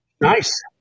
Nice